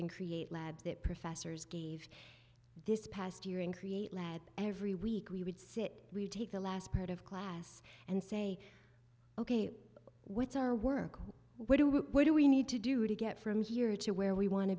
and create labs that professors gave this past year and create lad every week we would sit take the last part of class and say ok what's our work what do what do we need to do to get from here to where we want to